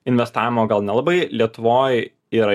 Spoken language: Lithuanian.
investavimo gal nelabai lietuvoj yra